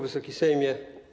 Wysoki Sejmie!